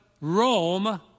Rome